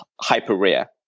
hyper-rare